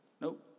Nope